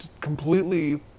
completely